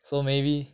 so maybe